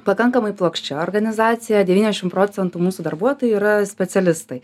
pakankamai plokščia organizacija devyniasdešimt procentų mūsų darbuotojai yra specialistai